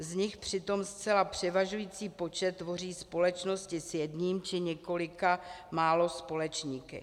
Z nich přitom zcela převažující počet tvoří společnosti s jedním či několika málo společníky.